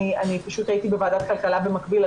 אני פשוט הייתי בוועדת כלכלה במקביל,